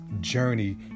journey